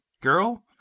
girl